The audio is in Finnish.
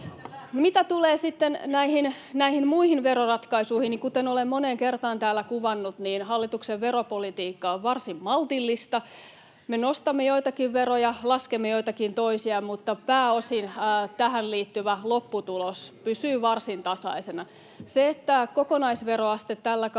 Mitä tulee näihin muihin veroratkaisuihin, niin kuten olen moneen kertaan täällä kuvannut, hallituksen veropolitiikka on varsin maltillista. Me nostamme joitakin veroja, laskemme joitakin toisia, mutta pääosin tähän liittyvä lopputulos pysyy varsin tasaisena. Se, että kokonaisveroaste tällä